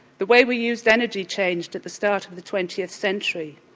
the way we used energy changed at the start of the twentieth century.